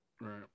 Right